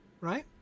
Right